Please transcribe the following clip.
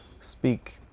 speak